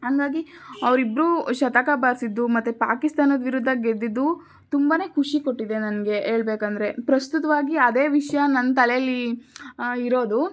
ಹಂಗಾಗಿ ಅವರಿಬ್ರು ಶತಕ ಬಾರಿಸಿದ್ದು ಮತ್ತು ಪಾಕಿಸ್ತಾನದ ವಿರುದ್ದ ಗೆದ್ದಿದ್ದು ತುಂಬ ಖುಷಿ ಕೊಟ್ಟಿದೆ ನನಗೆ ಹೇಳ್ಬೇಕಂದ್ರೆ ಪ್ರಸ್ತುತವಾಗಿ ಅದೇ ವಿಷಯ ನನ್ನ ತಲೇಲಿ ಇರೋದು